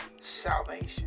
salvation